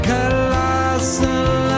Colossal